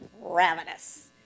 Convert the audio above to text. ravenous